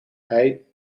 hij